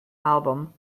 album